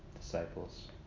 disciples